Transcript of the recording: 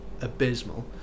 abysmal